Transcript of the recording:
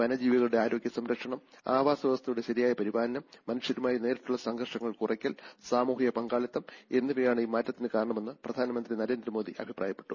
വന്യജീവികളുടെ ആരോഗ്യ സംരക്ഷണം ആവാസ വ്യവസ്ഥയുടെ ശരിയായ പരിപാലനം മനുഷൃരുമായി നേരിട്ടുള്ള സംഘർഷങ്ങൾ കുറയ്ക്കൽ സാമൂഹിക പങ്കാളിത്തം എന്നിവയാണ് ഈ മാറ്റത്തിന് കാരണമെന്ന് പ്രധാനമന്ത്രി നരേന്ദ്രമോദി അഭിപ്രായപ്പെട്ടു